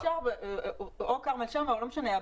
אם אפשר או כרמל שאמה או הבאים,